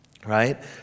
Right